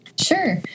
Sure